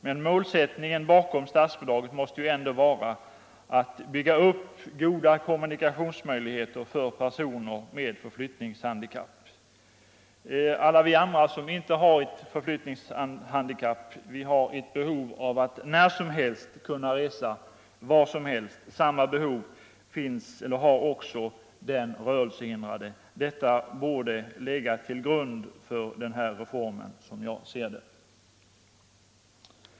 Men målsättningen bakom statsbidraget måste ändå vara att bygga upp goda kommunikationsmöjligheter för personer med förflyttningshandikapp. Alla andra som inte har ett förflyttningshandikapp, har ju behov av att när som helst kunna resa vart som helst. Samma behov har också den rörelsehindrade. Detta synsätt borde, såsom jag ser det, ha legat till grund för den här reformen.